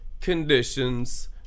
conditions